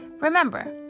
remember